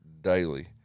daily